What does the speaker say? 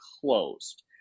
closed